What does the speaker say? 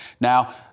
Now